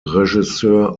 regisseur